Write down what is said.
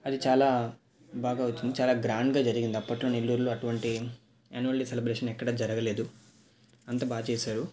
అది చాలా బాగా వచ్చింది చాలా గ్రాండ్గా జరిగింది అప్పట్లో నెల్లూరులో అటువంటి యాన్యువల్ డే సెలబ్రేషన్ ఎక్కడా జరగలేదు అంత బాగా చేసారు